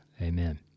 Amen